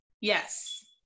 yes